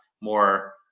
more